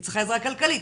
היא צריכה עזרה כלכלית,